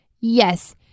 Yes